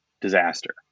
disaster